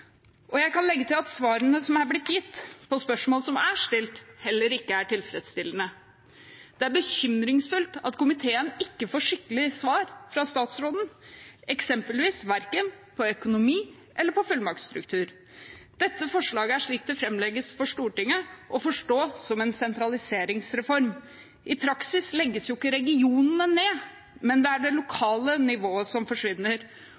Jeg kan legge til at svarene som er blitt gitt på spørsmål som er stilt, heller ikke er tilfredsstillende. Det er bekymringsfullt at komiteen ikke får skikkelig svar fra statsråden eksempelvis verken på økonomi eller på fullmaktsstruktur. Dette forslaget er, slik det framlegges for Stortinget, å forstå som en sentraliseringsreform. I praksis legges ikke regionene ned, det er det lokale nivået som forsvinner